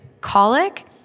colic